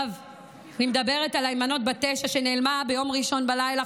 אני מדברת על היימנוט בת התשע שנעלמה ביום ראשון בלילה,